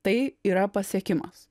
tai yra pasiekimas